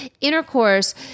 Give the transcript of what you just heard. Intercourse